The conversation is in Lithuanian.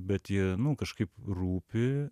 bet jie nu kažkaip rūpi